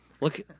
look